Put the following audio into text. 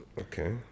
Okay